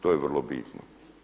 To je vrlo bitno.